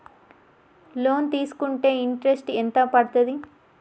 Loan తీస్కుంటే interest ఎంత పడ్తది?